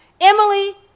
Emily